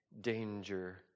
danger